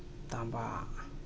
ᱛᱟᱸᱵᱟ